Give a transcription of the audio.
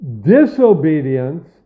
disobedience